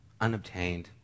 unobtained